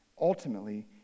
Ultimately